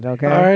Okay